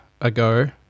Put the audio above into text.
ago